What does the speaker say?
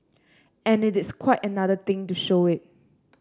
and it is quite another thing to show it